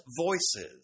voices